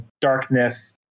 darkness